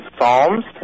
Psalms